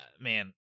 Man